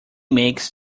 makes